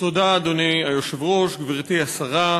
אדוני היושב-ראש, תודה, גברתי השרה,